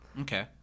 Okay